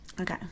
Okay